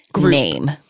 name